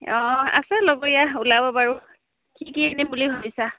অঁ আছে লগৰীয়া ওলাব বাৰু কি কি কিনিম বুলি ভাবিছা